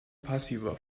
passiver